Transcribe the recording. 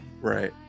right